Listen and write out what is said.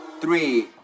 three